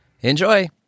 Enjoy